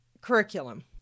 curriculum